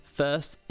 first